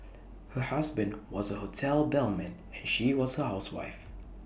her husband was A hotel bellman and she was A housewife